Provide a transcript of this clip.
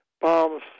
bombs